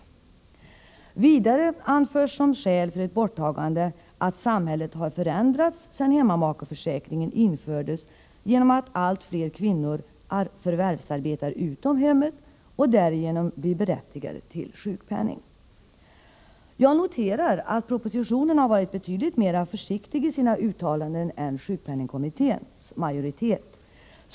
Som skäl för ett borttagande av den obligatoriska hemmamakeförsäkringen anförs vidare, att samhället har förändrats sedan denna försäkring infördes, genom att allt fler kvinnor förvärvsarbetar utom hemmet och därmed blir berättigade till sjukpenning. Jag noterar att propositionen är betydligt försiktigare i sina uttalanden än sjukpenningkommitténs majoritet.